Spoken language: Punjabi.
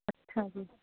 ਅੱਛਾ ਜੀ